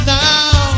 now